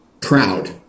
proud